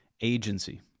Agency